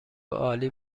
عالی